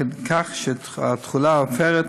כך שתכולת העופרת